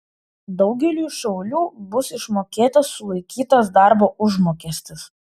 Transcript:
daugeliui šaulių bus išmokėtas sulaikytas darbo užmokestis